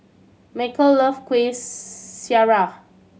Macel love Kuih Syara